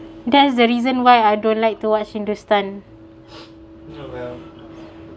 that's the reason why I don't like to watch hindustan